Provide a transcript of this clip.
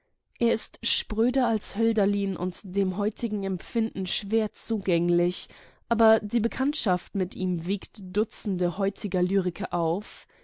er ist spröder als hölderlin und unserem empfinden schwerer zugänglich aber die bekanntschaft mit ihm wiegt dutzende heutiger lyriker auf